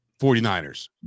49ers